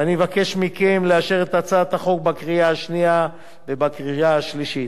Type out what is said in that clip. ואני מבקש מכם לאשר את הצעת החוק בקריאה השנייה ובקריאה השלישית.